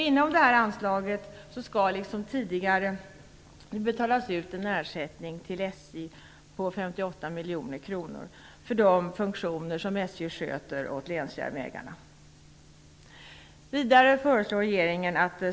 Inom det här anslaget skall liksom tidigare en ersättning till SJ på 58 miljoner kronor betalas ut för de funktioner som SJ sköter åt länsjärnvägarna.